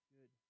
Good